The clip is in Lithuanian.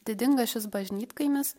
didingas šis bažnytkaimis